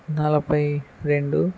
నలభై రెండు